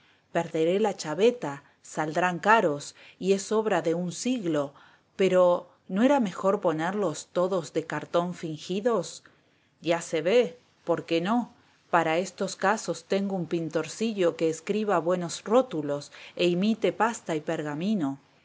perderé la chabeta saldrán caros y es obra de un siglo pero no era mejor ponerlos todos de cartón fingidos ya se ve por qué no para estos casos tengo un pintorcillo que escriba buenos rótulos e imite pasta y pergamino